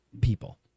people